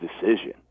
decision